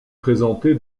présenté